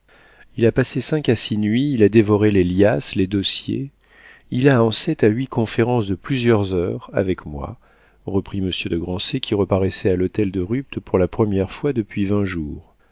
il a passé cinq ou six nuits il a dévoré les liasses les dossiers il a eu sept à huit conférences de plusieurs heures avec moi reprit monsieur de grancey qui reparaissait à l'hôtel de rupt pour la première fois depuis vingt jours